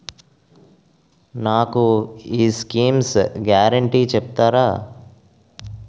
నాకు ఈ schemes guarantee చెప్తారా?